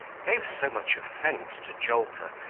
gave so much offence to jolter,